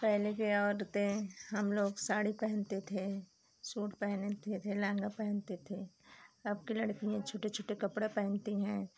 पहले की औरतें हम लोग साड़ी पहले थे सूट पहनते थे लहंगा पहनते थे अब के लड़कियाँ छोटा छोटा कपड़ा पहनती हैं